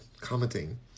commenting